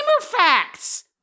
facts